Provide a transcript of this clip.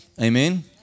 Amen